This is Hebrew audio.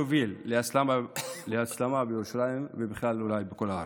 יוביל להסלמה בירושלים ובכלל אולי בכל הארץ.